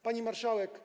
Pani Marszałek!